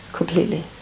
Completely